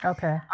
Okay